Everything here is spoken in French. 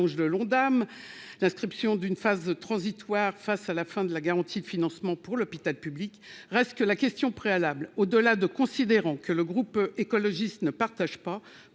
de l'Ondam, l'inscription d'une phase transitoire, face à la fin de la garantie de financement pour l'hôpital public reste que la question préalable au, delà de considérant que le groupe écologiste ne partage pas,